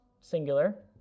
singular